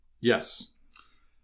Yes